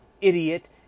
idiot